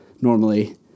Normally